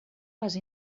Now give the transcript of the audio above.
les